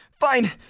Fine